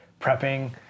prepping